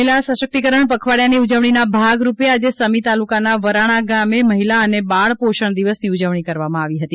મહિસા સશક્તિકરણ પખવાડિયાની ઉજવણીના ભાગરૂપે આજે સમી તાલુકાના વરાણા ગામે મહિલા અને બાળ પોષણ દિવસની ઉજવણી કરવામાં આવી હતી